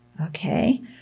Okay